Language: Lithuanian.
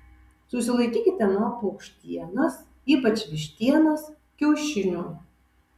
susilaikykite nuo paukštienos ypač vištienos kiaušinių